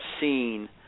seen